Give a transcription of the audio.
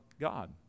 God